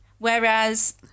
Whereas